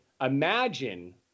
imagine